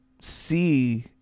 see